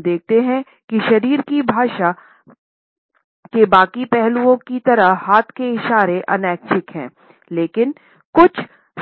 हम देखते हैं कि शरीर की भाषा के बाकी पहलुओं की तरह हाथ के इशारे अनैच्छिक हैं लेकिन कुछ